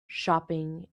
shopping